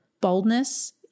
boldness